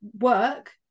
work